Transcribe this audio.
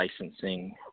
licensing